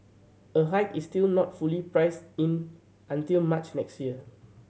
a hike is still not fully priced in until March next year